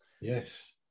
Yes